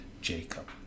Jacob